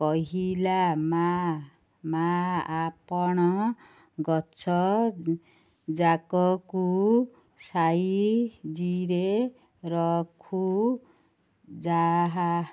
କହିଲ ମାଆ ମାଆ ଆପଣ ଗଛ ଯାକକୁ ସାଇଜିରେ ରଖୁ ଯାହା